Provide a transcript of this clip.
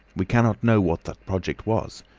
we cannot know what the project was,